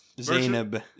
Zainab